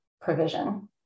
provision